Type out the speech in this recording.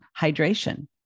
Hydration